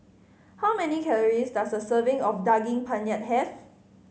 how many calories does a serving of Daging Penyet have